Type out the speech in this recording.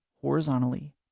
horizontally